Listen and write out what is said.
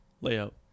layout